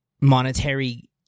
monetary